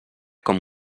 com